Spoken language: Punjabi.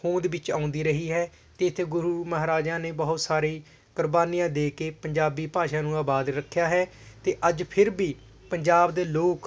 ਹੋਂਦ ਵਿੱਚ ਆਉਂਦੀ ਰਹੀ ਹੈ ਅਤੇ ਇੱਥੇ ਗੁਰੂ ਮਹਾਰਾਜਿਆਂ ਨੇ ਬਹੁਤ ਸਾਰੀ ਕੁਰਬਾਨੀਆਂ ਦੇ ਕੇ ਪੰਜਾਬੀ ਭਾਸ਼ਾ ਨੂੰ ਆਬਾਦ ਰੱਖਿਆ ਹੈ ਅਤੇ ਅੱਜ ਫਿਰ ਵੀ ਪੰਜਾਬ ਦੇ ਲੋਕ